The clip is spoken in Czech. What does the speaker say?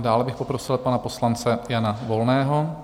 Dále bych poprosil pana poslance Jana Volného.